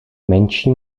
menší